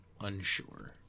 unsure